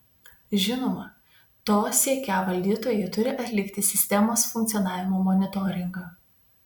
žinoma to siekią valdytojai turi atlikti sistemos funkcionavimo monitoringą